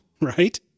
right